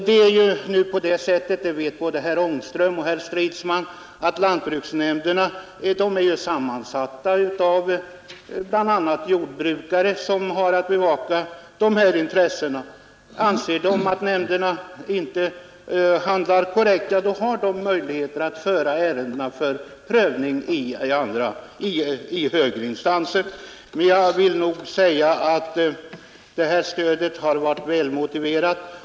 Bade herr Angström och herr Stridsman vet att lantbruksnämnderna är sammansatta av bl.a. jordbrukare som har att bevaka dessa intressen. Anser de att nämnderna inte handlar korrekt, har de möjligheter att föra ärendena för prövning i högre instanser. Jag vill nog säga att detta stöd har varit väl motiverat.